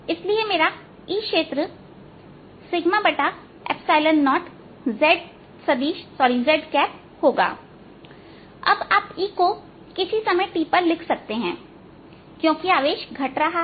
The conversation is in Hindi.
इसलिए मेरा E क्षेत्र 0zहोगा अब आप E को किसी समय t पर लिख सकते हैं क्योंकि आवेश घट रहा है